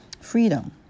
freedom